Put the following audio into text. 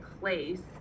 place